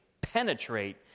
penetrate